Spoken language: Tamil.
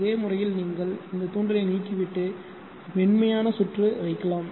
இதே முறையில் நீங்கள் இந்த தூண்டலை நீக்கிவிட்டு மென்மையான சுற்று வைக்கலாம்